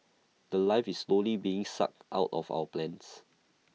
The Life is slowly being sucked out of our plants